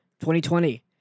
2020